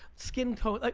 skin tone, ah